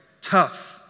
Tough